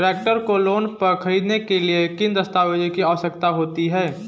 Tractor को loan पर खरीदने के लिए किन दस्तावेज़ों की आवश्यकता होती है?